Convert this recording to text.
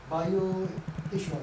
bio H one